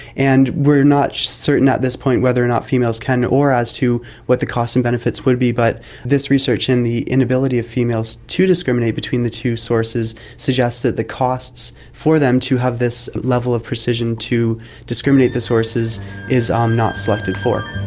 and we're not certain at this point whether or not females can or as to what the costs and benefits would be, but this research in the inability of females to discriminate between the two sources suggests that the costs for them to have this level of precision to discriminate the sources is um not selected for.